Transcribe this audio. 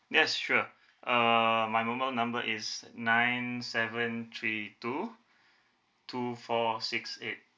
yes sure err my mobile number is nine seven three two two four six eight